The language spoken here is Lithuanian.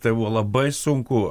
tai buvo labai sunku